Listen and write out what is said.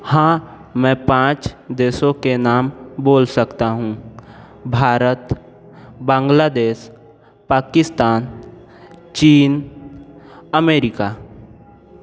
हाँ मैं पाँच देशों के नाम बोल सकता हूँ भारत बांग्लादेश पाकिस्तान चीन अमेरिका